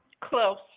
Close